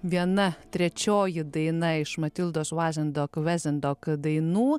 viena trečioji daina iš matildos vazendok vezendok dainų